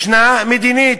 משנה מדינית.